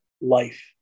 life